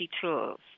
tools